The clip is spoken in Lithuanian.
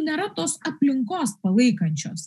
nėra tos aplinkos palaikančios